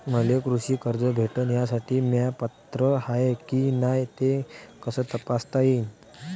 मले कृषी कर्ज भेटन यासाठी म्या पात्र हाय की नाय मले कस तपासता येईन?